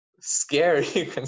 scary